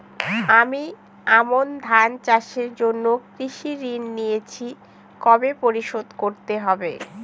আমি আমন ধান চাষের জন্য কৃষি ঋণ নিয়েছি কবে পরিশোধ করতে হবে?